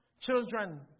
children